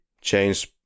change